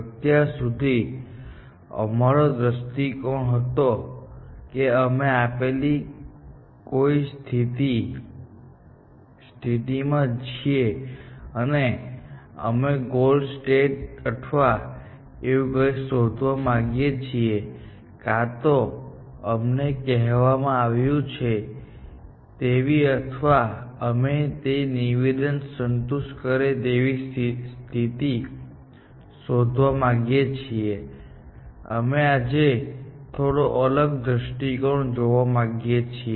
અત્યાર સુધી અમારો દ્રષ્ટિકોણ હતો કે અમે આપેલી કોઈ સ્થિતિમાં છીએ અને અમે ગોલ સ્ટેટ અથવા એવું કંઈક શોધવા માંગીએ છીએ કાં તો અમને કહેવામાં આપવામાં આવ્યું છે તેવી અથવા અમે તે નિવેદનને સંતુષ્ટ કરે તેવી સ્થિતિ શોધવા માંગીએ છીએ અમે આજે થોડો અલગ દ્રષ્ટિકોણ જોવા માંગીએ છીએ